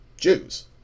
Jews